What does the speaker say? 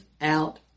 out